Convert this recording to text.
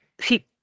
see